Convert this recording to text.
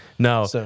No